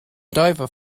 diver